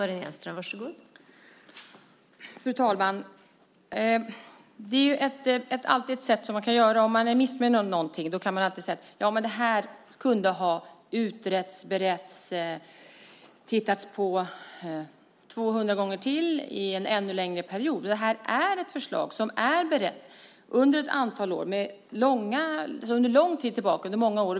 Fru talman! Om man är missnöjd med något kan man alltid säga att det hade kunnat utredas, beredas och tittas på 200 gånger till under en ännu längre period. Det här är ett förslag som är berett under många år.